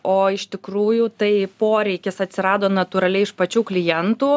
o iš tikrųjų tai poreikis atsirado natūraliai iš pačių klientų